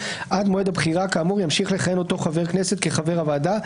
עד מועד הבחירה כאמור ימשיך לכהן אותו חבר כנסת כחבר הוועדה,